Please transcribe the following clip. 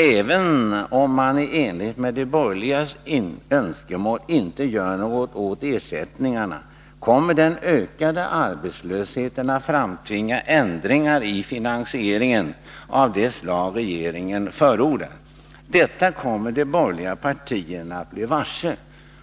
Även om man i enlighet med de borgerligas önskemål inte nu gör något åt ersättningarna, kommer den ökande arbetslösheten att framtvinga ändringar i finansieringen av det slag som regeringen nu förordat. Detta kommer de borgerliga partierna att bli varse,